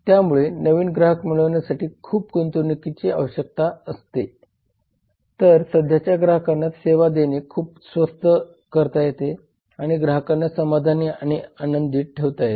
त्यामुळे नवीन ग्राहक मिळवण्यासाठी खूप गुंतवणूकीची आवश्यकता असते तर सध्याच्या ग्राहकांना सेवा देणे खूप स्वस्त करता येते आणि ग्राहकांना समाधानी आणि आनंदी ठेवता येते